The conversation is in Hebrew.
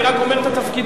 אני רק אומר את התפקידים,